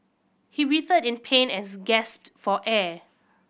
he writhed in pain as gasped for air